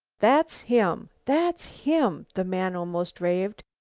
that's him! that's him! the man almost raved.